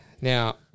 Now